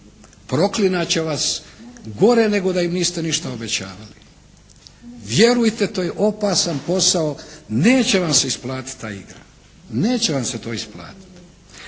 proklinjat će vas gore nego da im niste ništa obećavali. Vjerujte to je opasan posao, neće vam se isplatiti ta igra. Neće vam se to isplatiti.